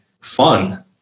fun